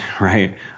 right